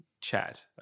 chat